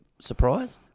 surprise